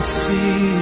see